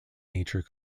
nature